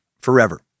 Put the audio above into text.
forever